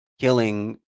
killing